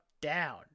down